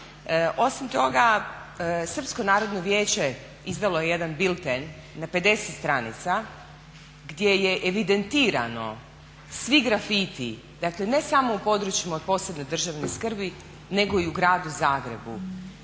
Osim toga Srpsko narodno vijeće izdalo je jedan bilten na 50 stranica gdje je evidentirano svi grafiti, dakle ne samo u područjima od posebne državne skrbi nego i u Gradu Zagrebu.